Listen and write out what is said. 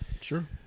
Sure